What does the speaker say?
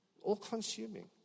All-consuming